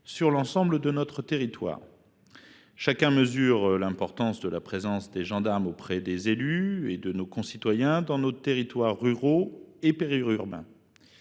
sur l’ensemble du territoire. Chacun mesure l’importance de la présence des gendarmes auprès des élus et de nos concitoyens dans nos territoires ruraux et périurbains.